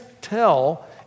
tell